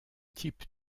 type